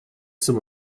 some